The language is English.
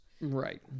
Right